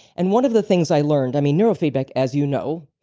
and one of the things i learned. i mean neurofeedback, as you know,